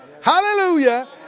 hallelujah